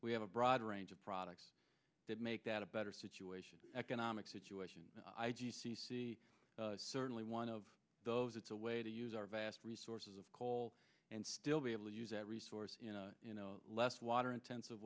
we have a broad range of products that make that a better situation economic situation i g c c certainly one of those it's a way to use our vast resources of coal and still be able to use that resource you know less water intensive